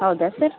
ಹೌದಾ ಸರ್